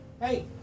Hey